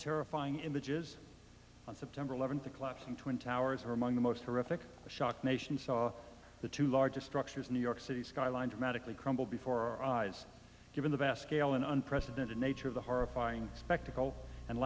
terrifying images on september eleventh the collapsing twin towers were among the most horrific shocked nation saw the two largest structures in new york city skyline dramatically crumble before our eyes given the basque alun unprecedented nature of the horrifying spectacle and